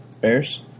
Bears